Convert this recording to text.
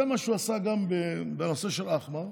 זה מה שהוא עשה גם בנושא של ח'אן אל-אחמר,